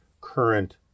current